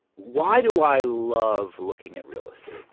why do i love looking at real estate?